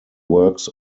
works